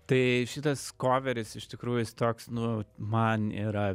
tai šitas koveris iš tikrųjų jis toks nu man yra